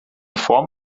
form